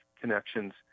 connections